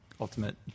ultimate